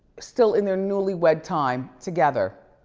still in their newlywed time together,